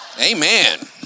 Amen